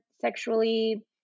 sexually